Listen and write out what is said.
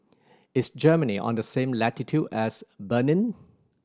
is Germany on the same latitude as Benin